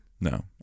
no